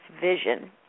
vision